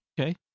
Okay